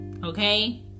Okay